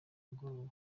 mugoroba